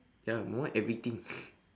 ya my one everything